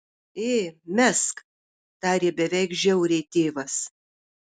ė mesk tarė beveik žiauriai tėvas